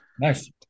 nice